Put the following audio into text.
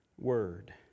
Word